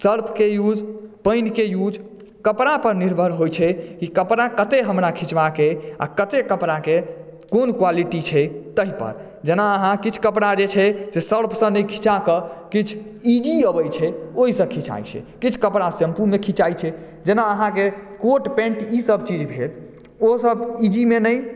Surf के use पानि के यूज़ कपड़ा पर निर्भर होइ छै कि कपड़ा कते हमरा खिचबाक अहि आ कते कपड़ा के कोन क़्वालिटी छै ताहि पर जेना अहाँ किछु कपड़ा जे छै सर्फ सऽ नहि खीचा कऽ किछु इजी अबै छै ओहि सऽ खिचै छै किछु कपड़ा सेम्पू मे खिचाई छै जेना अहाँके कोट पेन्ट ई सब चीज भेल ओसब इजी मे नहि